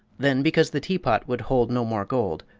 then, because the teapot would hold no more gold,